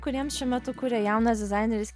kuriem šiuo metu kuria jaunas dizaineris